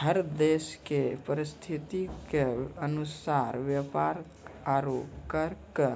हर देश के परिस्थिति के अनुसार व्यापार आरू कर क